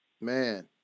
Man